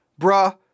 Bruh